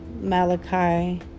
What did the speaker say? Malachi